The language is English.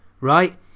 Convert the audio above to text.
right